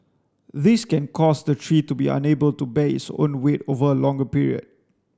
these can cause the tree to be unable to bear its own weight over a longer period